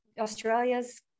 Australia's